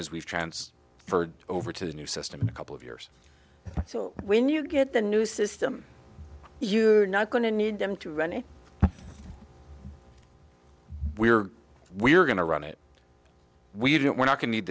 as we've trance for over to the new system in a couple of years so when you get the new system you're not going to need them to run it we're we're going to run it we don't we're not going